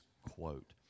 quote